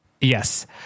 Yes